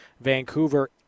Vancouver